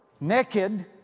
naked